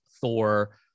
Thor